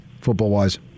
football-wise